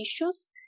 issues